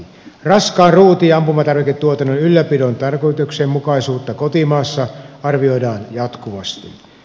raskaan ruuti ja ampumatarviketuotannon ylläpidon tarkoituksenmukaisuutta kotimaassa arvioidaan jatkuvasti